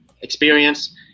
experience